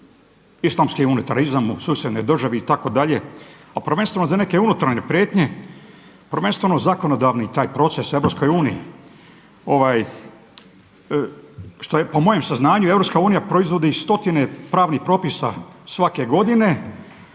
islamski unitarizam u susjednoj državi itd. a prvenstveno za neke unutarnje prijetnje prvenstveno zakonodavni taj proces EU. Šta je po mojem saznanju EU proizvodi stotine pravnih propisa svake godine